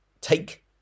Take